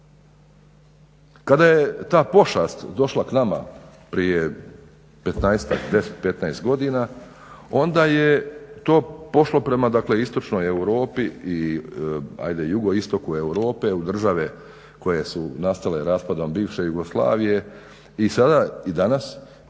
Kada je ta pošast došla k nama prije 10, 15 godina onda je to pošlo prema dakle istočnoj Europi i ajde jugoistoku Europe u države koje su nastale raspadom bivše Jugoslavije i sada i danas